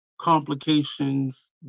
complications